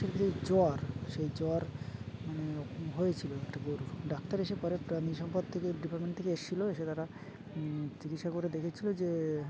মানে মানুষের যে জ্বর সেই জ্বর হয়েছিলো একটা গরুর ডাক্তার এসে পরে প্রাণী সম্পদ থেকে ডিপার্টমেন্ট থেকে এসছিলো এসে তারা চিকিৎসা করে দেখেছিল যে